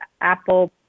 Apple